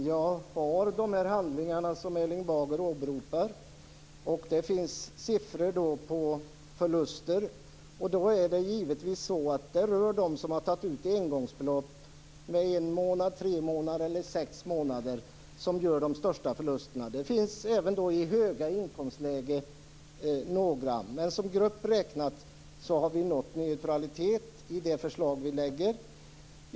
Herr talman! Jag har de handlingar som Erling Bager åberopar. Det finns siffror på förluster. Det är givetvis de som har tagit ut engångsbelopp - en månad, tre månader eller sex månader - som gör de största förlusterna. Det finns även några i höga inkomstlägen. Men som grupp räknat har vi nått neutralitet för sjöfolket i det förslag som vi lägger fram.